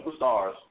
superstars